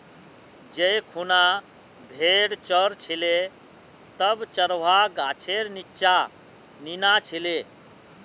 जै खूना भेड़ च र छिले तब चरवाहा गाछेर नीच्चा नीना छिले